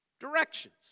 Directions